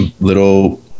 Little